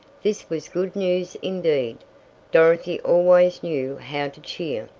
this was good news indeed dorothy always knew how to cheer.